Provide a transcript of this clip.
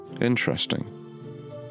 Interesting